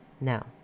now